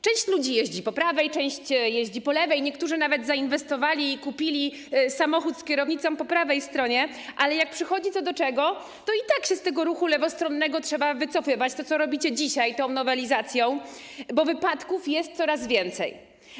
Część ludzi jeździ po prawej, część jeździ po lewej, niektórzy nawet zainwestowali i kupili samochód z kierownicą po prawej stronie, ale jak przychodzi co do czego, to i tak się z tego ruchu lewostronnego trzeba wycofywać, co robicie dzisiaj tą nowelizacją, bo wypadków jest coraz więcej.